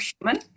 human